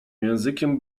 językiem